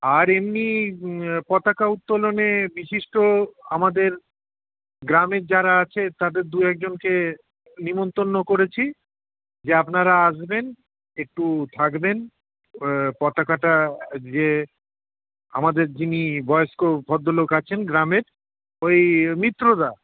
আর এমনি পতাকা উত্তোলনে বিশিষ্ট আমাদের গ্রামের যারা আছে তাদের দু একজন কে নেমতন্ন করেছি যে আপনারা আসবেন একটু থাকবেন পতাকাটা যে আমাদের যিনি বয়স্ক ভদ্রলোক আছেন গ্রামের ওই মিত্রদা